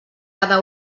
cada